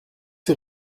ces